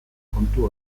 kontu